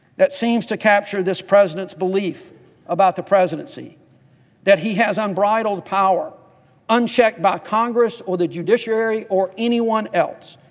that seems to capture this president's belief about the presidency that he has unbridled power unchecked by congress or the judiciary or anyone else.